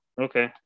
okay